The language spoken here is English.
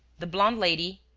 the blonde lady,